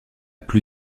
plus